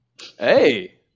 Hey